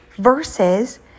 versus